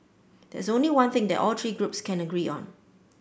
there is only one thing that all three groups can agree on